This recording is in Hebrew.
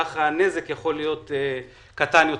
כך הנזק קטן יותר.